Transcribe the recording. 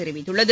தெரிவித்துள்ளது